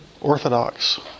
Orthodox